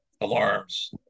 alarms